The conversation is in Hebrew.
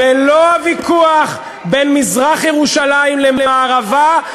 ולא הוויכוח בין מזרח ירושלים למערבה,